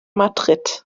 madrid